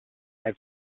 have